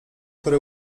który